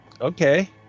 okay